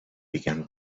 began